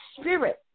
spirit